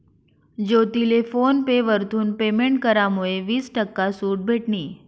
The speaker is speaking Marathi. ज्योतीले फोन पे वरथून पेमेंट करामुये वीस टक्का सूट भेटनी